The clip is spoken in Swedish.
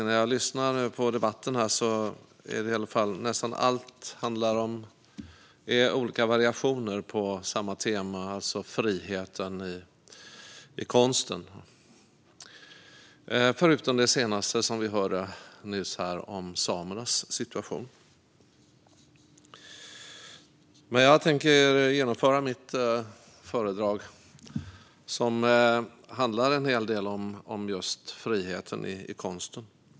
När jag nu lyssnar på debatten handlar nästan allt om olika varianter på samma tema, alltså friheten i konsten, förutom det som vi nyss hörde om samernas situation. Mitt anförande handlar en hel del om just friheten i konsten.